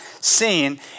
seen